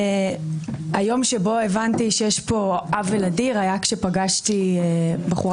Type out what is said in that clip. היום שבו הבנתי שיש פה עוול אדיר היה כשפגשתי בחורה